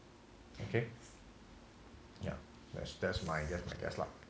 okay ya that's that's my that's my guess lah